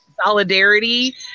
solidarity